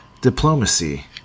Diplomacy